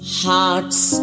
heart's